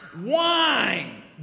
Wine